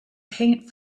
paint